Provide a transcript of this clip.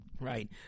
Right